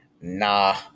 nah